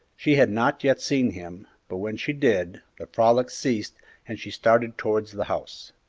she had not yet seen him but when she did, the frolic ceased and she started towards the house.